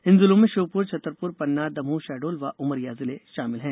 इन जिलों में श्योपुर छतरपुर पन्ना दमोह शहडोल व उमरिया जिले शामिल हैं